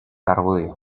argudio